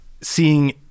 seeing